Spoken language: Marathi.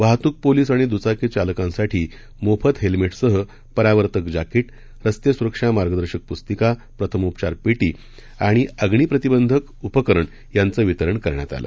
वाहतूक पोलिस आणि दृचाकी चालकांसाठी मोफत हेल्मेटसह परावर्तक जाकीट रस्ते सुरक्षा मार्गदर्शक पुस्तिका प्रथमोपचार पेटी आणि अग्निप्रतिबंधक उपकरण यांचं वितरण करण्यात आलं